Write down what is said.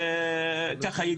וככה היא